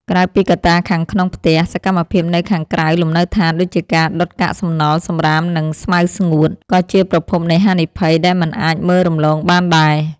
ក្រៅពីកត្តាខាងក្នុងផ្ទះ សកម្មភាពនៅខាងក្រៅលំនៅដ្ឋានដូចជាការដុតកាកសំណល់ សំរាម និងស្មៅស្ងួត ក៏ជាប្រភពនៃហានិភ័យដែលមិនអាចមើលរំលងបានដែរ។